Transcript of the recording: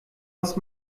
hast